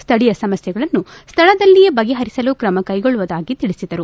ಶ್ರೀಯ ಸಮಸ್ಥೆಗಳನ್ನು ಸ್ಥಳದಲ್ಲೇ ಬಗೆಹರಿಸಲು ಕ್ರಮ ಕೈಗೊಳ್ಳುವುದಾಗಿ ತಿಳಿಸಿದರು